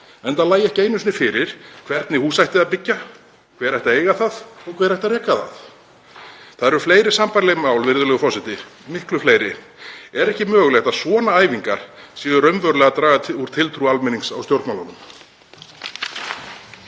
enda lægi ekki einu sinni fyrir hvernig hús ætti að byggja, hver ætti að eiga það og hver ætti að reka það. Það eru fleiri sambærileg mál, virðulegur forseti, miklu fleiri. Er ekki mögulegt að svona æfingar séu raunverulega að draga úr tiltrú almennings á stjórnmálunum?